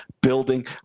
building